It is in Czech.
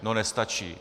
No, nestačí.